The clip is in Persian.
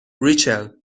ریچل